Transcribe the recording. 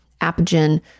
Apigen